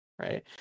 right